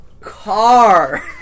Car